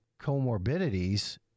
comorbidities